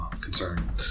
concern